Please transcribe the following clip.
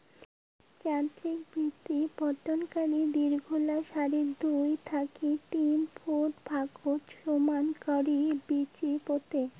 যান্ত্রিক বিচিপোতনকারী দীঘলা সারিত দুই থাকি তিন ফুট ফাকত সমান করি বিচি পোতে